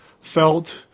felt